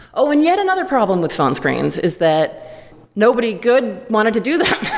ah and yet, another problem with phone screens is that nobody good wanted to do that.